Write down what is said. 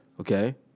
okay